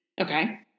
Okay